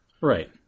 Right